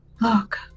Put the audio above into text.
Look